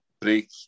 break